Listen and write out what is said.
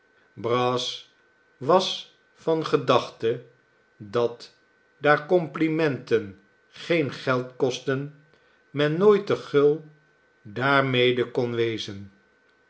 brass was van gedachte dat daar complimenten geen geld kosten men nooit te gul daarmede kon wezen